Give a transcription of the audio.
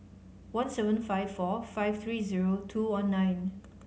one seven five four five three zero two one nine